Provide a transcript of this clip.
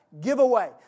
Giveaway